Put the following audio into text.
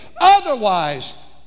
Otherwise